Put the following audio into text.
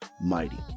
Mighty